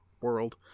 world